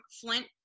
Flint